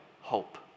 hope